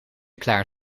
klaar